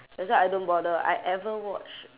that's why I don't bother I ever watch